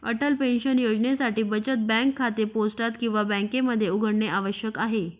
Atal pension योजनेसाठी बचत bank खाते पोस्टात किंवा बँकेमध्ये उघडणे आवश्यक आहे